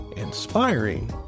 inspiring